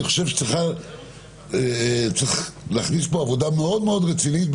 אני חושב שצריך להכניס פה עבודה מאוד-מאוד רצינית.